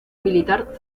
militar